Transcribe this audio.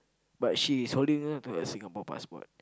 but she is holding on to her Singapore passport